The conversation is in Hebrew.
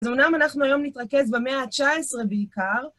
אז אומנם אנחנו היום נתרכז במאה ה-19 בעיקר,